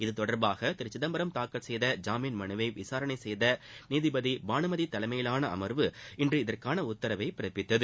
இத்தொடர்பாக திரு சிதம்பரம் தாக்கல் செய்த ஜாமீன் மனுவை விசாரணை செய்த நீதிபதி பானுமதி தலைமையிலான அமர்வு இன்று இதற்கான உத்தரவினை பிறப்பித்தது